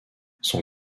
son